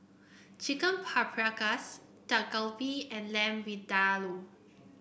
Chicken Paprikas Dak Galbi and Lamb Vindaloo